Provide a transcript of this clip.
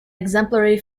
exemplary